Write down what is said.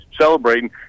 celebrating